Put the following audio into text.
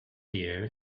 year